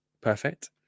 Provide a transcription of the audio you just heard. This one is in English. Perfect